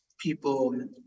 people